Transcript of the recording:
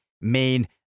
main